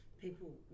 people